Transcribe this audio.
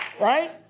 right